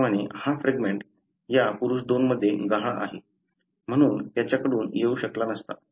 त्याचप्रमाणे हा फ्रॅगमेंट या पुरुष 2 मध्ये गहाळ आहे म्हणून त्याच्याकडून येऊ शकला नसता